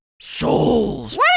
souls